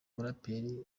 muraperi